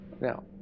now